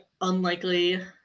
unlikely